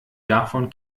davon